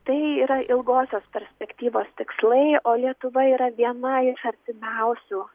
tai yra ilgosios perspektyvos tikslai o lietuva yra viena iš artimiausių